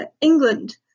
England